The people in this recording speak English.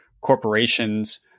corporations